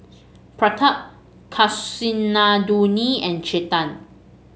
Pratap Kasinadhuni and Chetan